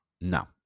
No